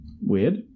Weird